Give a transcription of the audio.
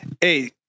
Hey